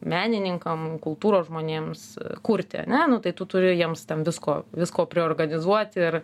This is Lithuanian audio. menininkam kultūros žmonėms kurti ane nu tai turi jiems ten visko visko priorganizuoti ir